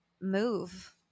move